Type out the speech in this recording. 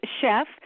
chef